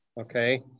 Okay